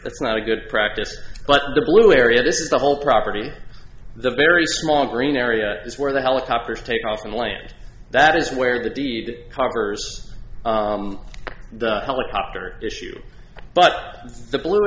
it's not a good practice but the blue area this is the whole property the very small green area is where the helicopters take off and land that is where the deed covers the helicopter issue but the blu